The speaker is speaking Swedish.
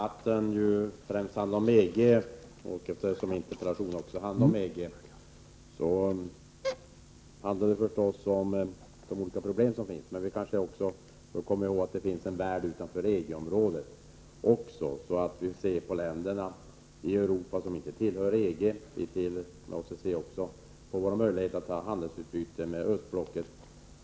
Herr talman! Denna debatt och min interpellation handlar främst om EG och de problem som finns där. Men vi bör komma ihåg att det finns en värld utanför EG-området också. Vi får se på de länder i Europa som inte tillhör EG, och vi får se på våra möjligheter att ha handelsutbyte med östblocket.